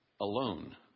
alone